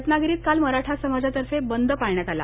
रत्नागिरीत काल मराठा समाजातर्फे बंद पाळण्यात आला